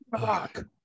Fuck